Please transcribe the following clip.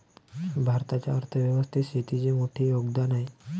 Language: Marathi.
भारताच्या अर्थ व्यवस्थेत शेतीचे मोठे योगदान आहे